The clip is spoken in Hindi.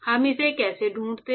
हम इसे कैसे ढूंढते हैं